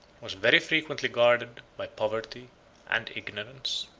was very frequently guarded by poverty and ignorance.